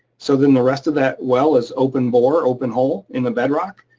so then the rest of that well is open bore, open hole in the bedrock.